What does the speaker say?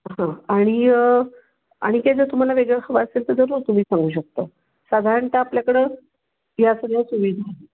हां आणि आणि काही जर तुम्हाला वेगळं हवं असेल तर जरूर तुम्ही सांगू शकता साधारणतः आपल्याकडं या सगळ्या सुविधा